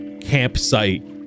campsite